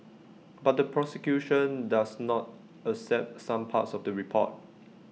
but the prosecution does not accept some parts of the report